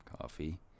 Coffee